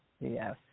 yes